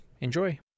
Enjoy